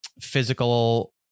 physical